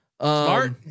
smart